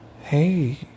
Hey